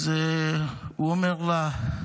אז הוא אומר לה: